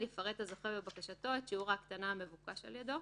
יפרט הזוכה בבקשתו את שיעור ההקטנה המבוקש על ידו,